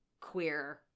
queer